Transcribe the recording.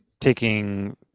taking